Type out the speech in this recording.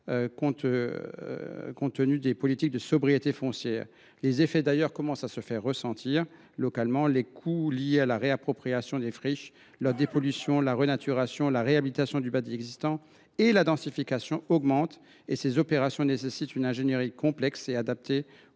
structurellement vocation à se raréfier. Les effets commencent à se faire sentir localement. Les coûts liés à la réappropriation des friches, leur dépollution, la renaturation, la réhabilitation du bâti existant et la densification augmentent et ces opérations nécessitent une ingénierie complexe et adaptée